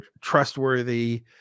trustworthy